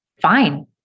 fine